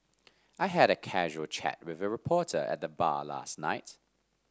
I had a casual chat with a reporter at the bar last night